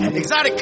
exotic